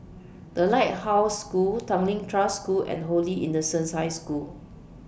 The Lighthouse School Tanglin Trust School and Holy Innocents' High School